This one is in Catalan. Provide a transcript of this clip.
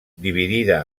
dividida